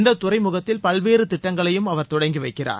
இந்தத் துறைமுகத்தில் பல்வேறு திட்டங்களையும் அவர் தொடங்கி வைக்கிறார்